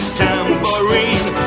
tambourine